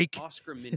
Oscar